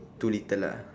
too little lah